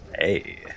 Hey